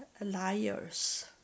liars